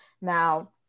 Now